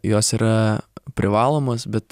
jos yra privalomos bet